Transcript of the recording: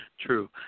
True